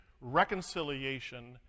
reconciliation